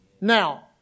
Now